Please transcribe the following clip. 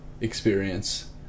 experience